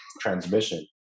transmission